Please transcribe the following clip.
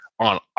on